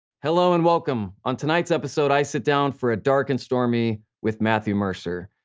hello and welcome. on tonight's episode i sit down for a dark and stormy with matthew mercer.